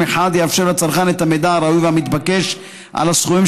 שמחד גיסא יאפשר לצרכן את המידע הראוי והמתבקש על הסכומים